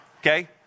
Okay